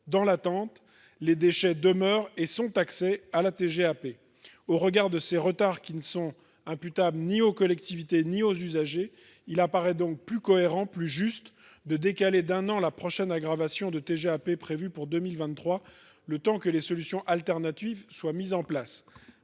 Dans l'attente, les déchets demeurent et sont ainsi soumis à la TGAP. Au regard de ces retards qui ne sont imputables ni aux collectivités ni aux usagers, il paraît plus cohérent et plus juste de décaler d'un an la prochaine aggravation de la TGAP, prévue pour 2023, le temps que des solutions de substitution soient mises en place.